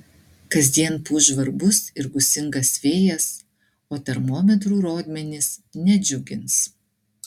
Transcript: kasdien pūs žvarbus ir gūsingas vėjas o termometrų rodmenys nedžiugins